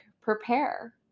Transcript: prepare